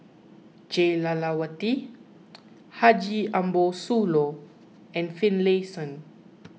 Jah Lelawati Haji Ambo Sooloh and Finlayson